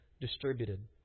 distributed